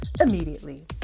immediately